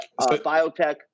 Biotech